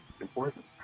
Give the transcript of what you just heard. important